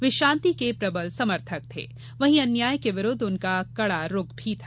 वे शान्ति के प्रबल समर्थक थे वहीं अन्याय के विरूद्व उनका कड़ा रूख भी था